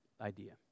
idea